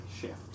shift